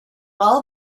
all